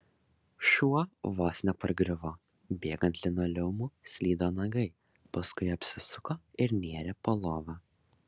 šuo vos nepargriuvo bėgant linoleumu slydo nagai paskui apsisuko ir nėrė po lova